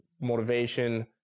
motivation